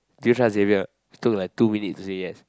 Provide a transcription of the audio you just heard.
do you trust Xavier she took like two minutes to say yes